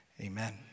Amen